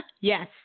Yes